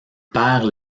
perd